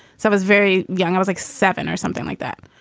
so i was very young i was like seven or something like that.